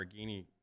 Lamborghini